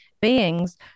beings